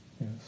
Yes